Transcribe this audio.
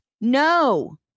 No